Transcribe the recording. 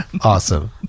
Awesome